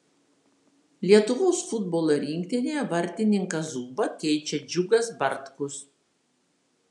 lietuvos futbolo rinktinėje vartininką zubą keičia džiugas bartkus